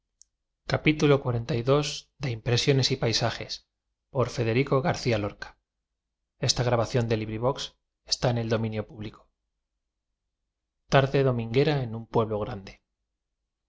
dominguera en un pueblo grande